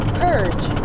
purge